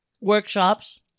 workshops